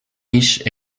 riches